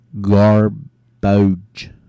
Garbage